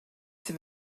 sydd